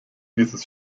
dieses